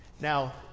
Now